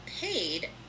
paid